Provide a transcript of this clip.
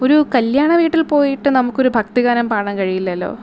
ഒരു കല്യാണ വീട്ടില് പോയിട്ട് നമുക്കൊരു ഭക്തിഗാനം പാടാന് കഴിയില്ലല്ലോ